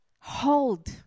hold